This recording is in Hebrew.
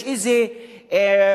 יש איזה שיר,